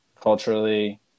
Culturally